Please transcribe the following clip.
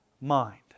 mind